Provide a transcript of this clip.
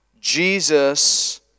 Jesus